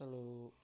hello